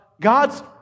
God's